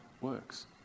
works